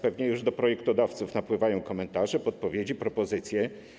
Pewnie już do projektodawców napływają komentarze, podpowiedzi, propozycje.